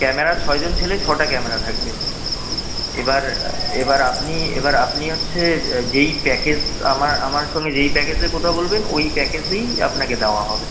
camera ছয়জন ছেলে ছটা ক্যামেরা থাকবে এবার এবার আপনি এবার আপনি হচ্ছে যেই প্যাকেজ আমার আমার সঙ্গে যেই প্যাকেজের কথা বলবেন ওই প্যাকেজেই আপনাকে দেওয়া হবে